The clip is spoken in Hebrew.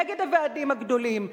נגד הוועדים הגדולים,